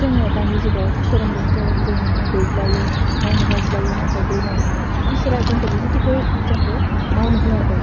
जोङो दानि जुगाव धोरोमजों धोरोम जों मुगैज्लायो नायनो बाज्लायो नाथाइ बे नङा इसोरा जोंखौ बेबायदिखौ जोंखौ मावनो होवाखै